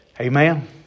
Amen